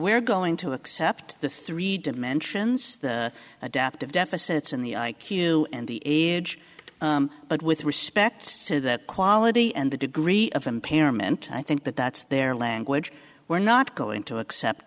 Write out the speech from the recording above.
we're going to accept the three dimensions adaptive deficits in the i q and the age but with respect to that quality and the degree of impairment i think that that's their language we're not going to accept